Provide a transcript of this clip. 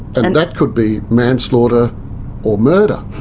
and and that could be manslaughter or murder.